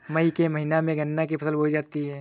मई के महीने में गन्ना की फसल बोई जाती है